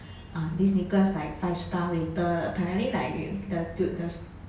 uh this nicholas like five star rated apparently like the tu~ the stu~